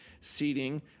Seating